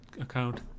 account